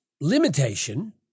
limitation